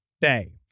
day